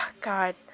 God